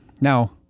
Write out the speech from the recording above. Now